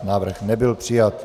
Návrh nebyl přijat.